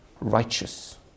righteous